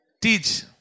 teach